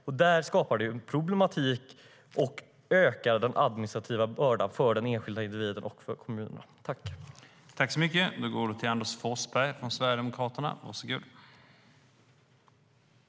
Och det skapar en problematik och ökar den administrativa bördan för den enskilda individen och för kommunerna.